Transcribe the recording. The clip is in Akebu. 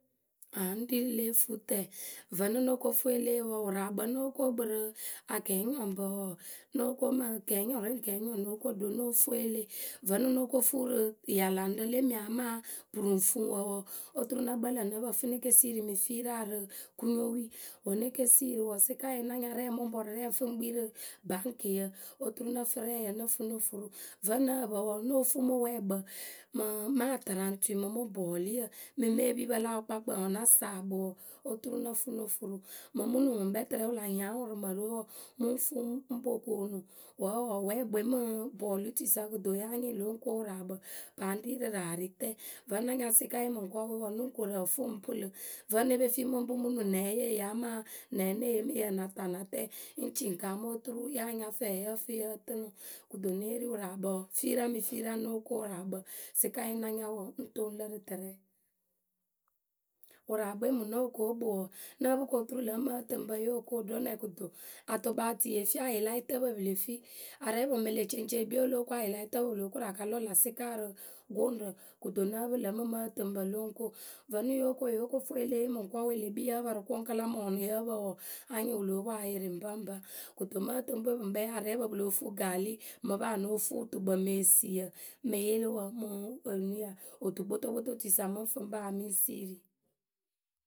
Aŋ ŋ́ ri rǝ leefuutǝ. Vǝnɨ ŋ́ no ko fuu elee wǝǝ, wǝraakpǝ ŋ́ nóo ko kpǝ rǝ akɛɛnyɔŋpǝ wǝǝ, ŋ́ nóo ko mɨ kɛɛnyɔŋ rǝ ŋ kɛɛnyɔŋ ŋ́ nóo ko ɖo ŋ́ nóo fuu elee. Vǝnɨ ŋ́ no ko fuu rɨ Yalaŋrǝ lemi amaa. Prounfouwǝ wǝǝ oturu ŋ́ nǝ kpǝlǝŋ ŋ́ nǝ pǝ fɨ ne ke siiri mɨ fira rɨ Kounyowui. Wǝ́ ŋ́ ne ke siiri wǝǝ, sɩkaye ŋ́ na nya rɛɛwǝ mɨ ŋ́ pɔrʊ rɛɛ ŋ́ fǝ ŋ́ kpii rǝ baŋkɩyǝ oturu ŋ́ nǝ fɨ rɛɛ ŋ́ no furu. Vǝ́ ŋ́ nǝh pǝ wǝǝ, ŋ́ nóo fuu mɨ wǝpwɛɛkpǝ mǝ mɨ atɨraŋtui mɨ bɔɔluyǝ mɨ mǝ lɨ epipǝ la wǝkpakpǝ wǝ́ ŋ́ na saa kpǝ wǝǝ, oturu ŋ́ nǝ fɨ no furu. Mǝŋ mɨ nuŋ ŋwǝ ŋkpɛ tɨrɛ wǝ la hiaŋ wǝǝ rɨ mǝrǝwe wǝǝ, mɨ ŋ fuu ŋ́ po koonu. Wǝ́ wǝǝ wǝpwɛɛkpǝ we mɨ bɔlutui sa kɨto wǝ́ yáa nyɩɩ lo ŋ ko wǝraakpǝ, paa ŋ́ ri rǝ raaritǝ. Vǝ́ ŋ́ na nya sɩka ye mɨŋkɔɔwe wǝǝ ŋ́ nǝŋ koru ǝ fɨ ŋwǝ ŋ́ pɨlɨ. Vǝ́ ŋ́ ne pe fii mɨ ŋ́ pɨ mɨ nuŋ nɛ wǝ́ yeh yee amaa nɛ wǝ́ ŋ́ neh yee mɨ yǝ ŋ na ta ŋ na tɛ?ŋ ci ŋ kaŋ mɨ oturu ya nya fɛ yǝ fɨ yǝ tɨnɨ. Kɨto mǝŋ e ri wǝraakpǝ wǝǝ, fira mɨ fira ŋ́ nóo ko wǝraakpǝ sikae ŋ́ na nya w;w;w ŋ toŋ lǝ rǝ tɨrɛ. Wǝraakpwe mǝŋ ŋ́ noh ko kpǝ wǝǝ, ŋ́ nǝ́ǝ pɨ koturu ŋlǝ mɨ mɨ ǝtɨŋpǝ yo ko ɖo nɛ kɨto? Atʊkpaatui ye fi ayɩlayɩtǝpǝ pǝ le fi arɛɛpǝ mǝŋ ŋlǝ̈ ceŋceŋ e kpii o lóo ko ayɩlayɩtǝpǝ pɨ lóo koru a ka lɔ läsɩka rɨ guŋrǝ. Kɨto ŋ́ nǝ́ǝ pɨ ŋlǝ mɨ ;mɨ ǝtɨŋpǝ lo ŋ ko. Vǝnɨ yo ko mɨŋkɔɔwe yo ko fuu elee mɨkɔɔwe wǝ́ le kpii yǝ́ǝ pǝ rǝ kʊŋ kǝ́ la mɔɔnʊ yǝ́ǝ pǝ wǝǝ, anyɩŋ wǝ lóo poŋ ayɩrɩ ŋpaŋpa. Kɨto mɨ ǝtɨŋpǝwe pǝ ŋkpɛ arɛɛpǝ pǝ lóo fuu gaali ŋmǝ paa ŋ́ nóo fuu wǝtukpǝ mɨ esiyǝ mɨ yɩlɩwǝ mɨ otukpotokpototui sa mɨ ŋ́ fǝ ŋ́ pa ya mɨ ŋ́ siiri.